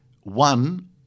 one